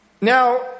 Now